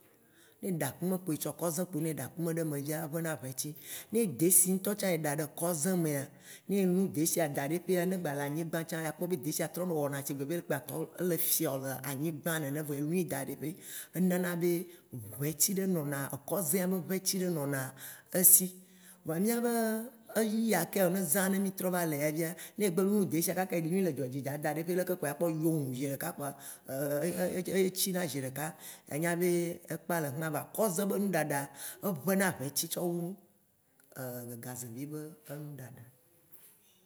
Ne eɖa akume, etsɔ kɔze kpo ye eɖa akume ɖe eme via, eʋena ʋeti. Ne desi ŋtɔ tsã eɖa ɖe kɔze mea, ne elu desia daɖe ƒea, ne gba le anyigbã tsã, akpɔ be desia trɔ wɔna sigbe be egba trɔ ele fiɔ le anyigbã nene vɔ elɔe daɖi ƒe. Enana be ʋeti ɖe nɔna, kɔzea be ʋeti ɖe nɔna esi. Vɔa mìabe enu ya ke zã mì va le ya via, ne egbe lo desia, kama eloe le dzoadzi ya daɖi ɖeke kpoa akpo yoooŋ ziɖeka kpoa etsina zi ɖeka. Anya be ekpa le fima voa kɔze be ŋɖaɖa, eʋena ʋeti tsɔ wu gazevi be ŋɖaɖa.